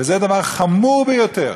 וזה דבר חמור ביותר.